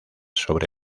sobre